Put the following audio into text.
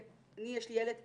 יש לי ילד קטן,